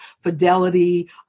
Fidelity